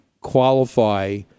qualify